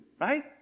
right